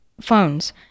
phones